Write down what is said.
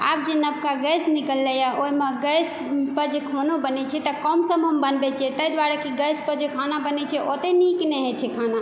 आब जे नबका गैस निकललैए ओहिमे गैस पर जे खाना बनै छै तऽ कमसम हम बनबै छियै ताहि दुआरे कि गैस पर जे खाना बनै छै ओतेक नीक नहि होइ छै खाना